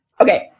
Okay